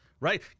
Right